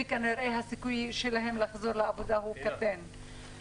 וכנראה הסיכוי שלהם לחזור לעבודה קטן;